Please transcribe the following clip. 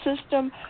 system